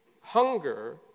Hunger